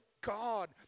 God